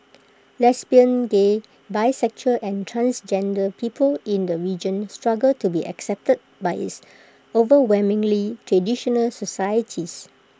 lesbian gay bisexual and transgender people in the region struggle to be accepted by its overwhelmingly traditional societies